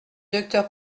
docteur